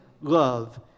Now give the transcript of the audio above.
love